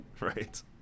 Right